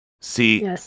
See